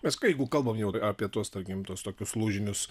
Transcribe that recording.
mes jeigu kalbam jau apie tuos tarkim tokius lūžinius